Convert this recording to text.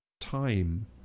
time